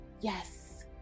yes